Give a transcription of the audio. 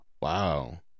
wow